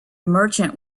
merchant